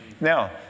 Now